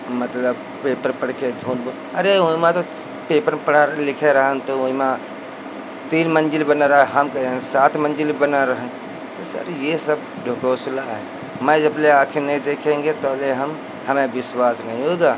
मतलब पेपर पढ़ कर झूठ बो अरे ओहिमा तो पेपर में पढ़ा लिखे रहन तो ओहिमा तीन मंजिल बना रहा हम कहे हैं सात मंजिल बना रहें तो सर यह सब ढकोसला है मैं जैसे आँखी नहीं देखेंगे तोहले हम हमें विश्वास नहीं होगा